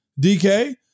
DK